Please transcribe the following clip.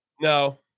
No